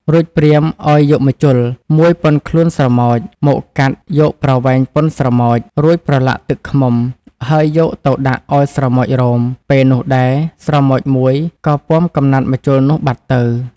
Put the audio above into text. រួចព្រាហ្មណ៍ឲ្យយកម្ជុល មួយប៉ុនខ្លួនស្រមោច មកកាត់យកប្រវែងប៉ុនស្រមោច រួចប្រឡាក់ទឹកឃ្មុំ ហើយយកទៅដាក់ឲ្យស្រមោចរោម ពេលនោះដែរ ស្រមោចមួយក៏ពាំកំណាត់ម្ជុលនោះបាត់ទៅ។